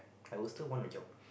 I will still want a job